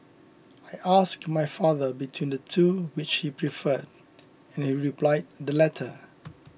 I asked my father between the two which he preferred and he replied the latter